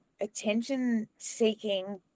attention-seeking